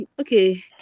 Okay